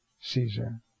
Caesar